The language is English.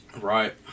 Right